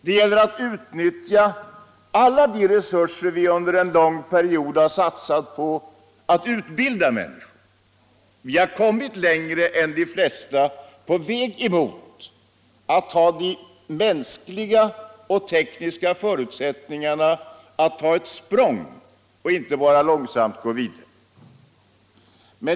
Det gäller att utnyttja alla de resurser vi har genom att vi satsat på att utbilda människor. Vi har kommit längre än de flesta andra länder när det gäller de mänskliga och tekniska förutsättningarna för att ta ett språng framåt och inte bara långsamt gå vidare.